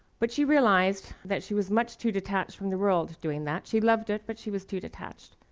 but she realized that she was much too detached from the world doing that. she loved it, but she was too detached.